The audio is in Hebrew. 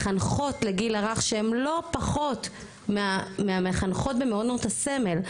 מחנכות לגיל הרך שהם לא פחות מהמחנכות במעונות הסמל,